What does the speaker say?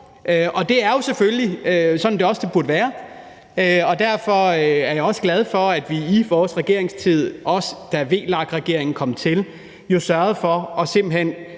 og det er jo selvfølgelig også sådan, det burde være. Derfor er jeg også glad for, at vi i vores regeringstid, også da VLAK-regeringen kom til, simpelt hen